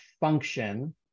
function